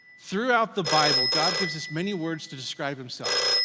throughout the bible, god gives us many words to describe himself.